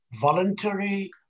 voluntary